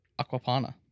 Aquapana